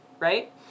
right